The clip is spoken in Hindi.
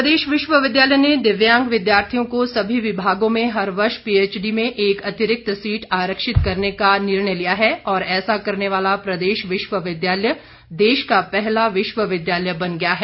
दिव्यांग प्रदेश विश्वविद्यालय ने दिव्यांग विद्यार्थियों को सभी विभागों में हर वर्ष पीएचडी में एक अतिरिक्त सीट आरक्षित करने का निर्णय लिया है और ऐसा करने वाला प्रदेश विश्वविद्यालय देश का पहला विश्वविद्यालय बन गया है